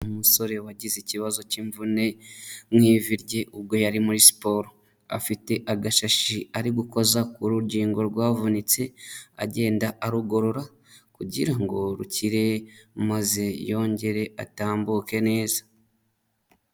Umusore wagize ikibazo k'imvune mu ivi rye ubwo yari muri siporo, afite agashashi ari gukoza urugingo rwavunitse agenda arugorora kugira ngo rukire maze yongere atambuke neza.